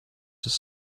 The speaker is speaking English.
this